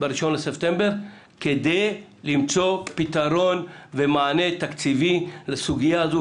ב-1 בספטמבר כדי למצוא פתרון ומענה תקציבי לסוגיה הזו.